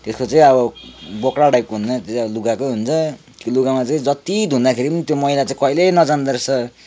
त्यसको चाहिँ अब बोक्रा टाइपको हुन्छ नि त्यो चाहिँ लुगाकै हुन्छ त्यो लुगामा चाहिँ जति धुँदाखेरि पनि त्यो मैला चाहिँ कहिले नजाँदो रहेछ